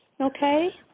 okay